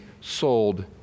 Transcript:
sold